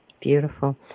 Beautiful